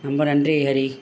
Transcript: ரொம்ப நன்றி ஹரி